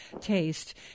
taste